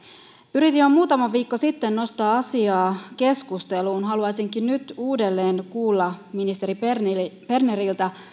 yritin jo muutama viikko sitten nostaa asiaa keskusteluun haluaisinkin nyt uudelleen kuulla ministeri berneriltä